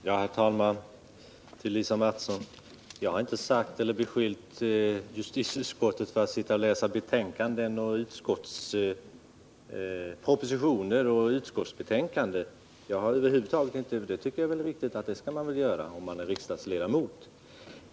Herr talman! Till Lisa Mattson: Jag har inte beskyllt justitieutskottet för att sitta och läsa propositioner och utskottsbetänkanden. Det tycker jag är riktigt att man gör när man är riksdagsledamot.